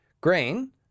Grain